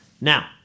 Now